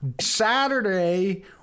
Saturday